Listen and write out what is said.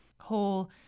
whole